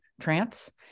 trance